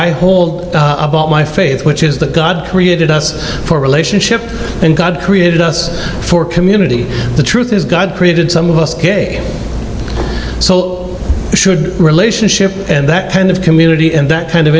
i hold about my faith which is that god created us for a relationship and god created us for community the truth is god created some so should relationship and that kind of community and that kind of